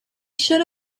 should